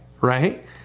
right